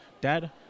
dad